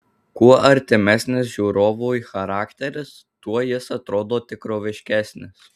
kuo artimesnis žiūrovui charakteris tuo jis atrodo tikroviškesnis